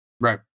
Right